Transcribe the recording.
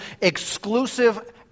exclusive